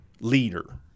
leader